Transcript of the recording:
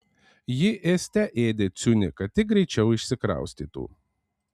ji ėste ėdė ciunį kad tik greičiau išsikraustytų